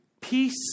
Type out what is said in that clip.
peace